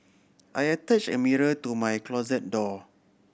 I attach a mirror to my closet door